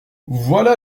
voilà